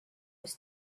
was